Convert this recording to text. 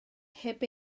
heb